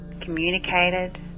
communicated